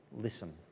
Listen